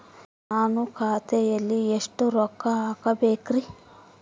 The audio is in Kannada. ನಾನು ಖಾತೆಯಲ್ಲಿ ಎಷ್ಟು ರೊಕ್ಕ ಹಾಕಬೇಕ್ರಿ?